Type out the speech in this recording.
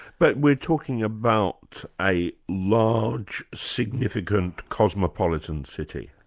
but we're talking about a large, significant cosmopolitan city.